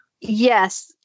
Yes